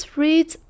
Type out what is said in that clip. read